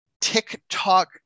TikTok